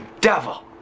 devil